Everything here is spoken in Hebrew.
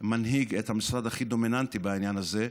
מנהיג את המשרד הכי דומיננטי בעניין הזה.